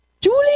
Julie